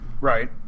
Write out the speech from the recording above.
Right